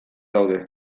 daude